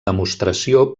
demostració